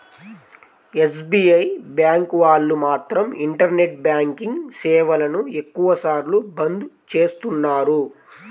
SBI bank వాళ్ళు మాత్రం internet banking సేవలను ఎక్కువ సార్లు బంద్ చేస్తున్నారు